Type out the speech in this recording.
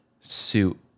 suit